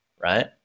right